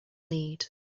need